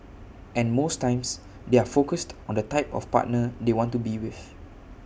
and most times they are focused on the type of partner they want to be with